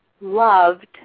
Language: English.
loved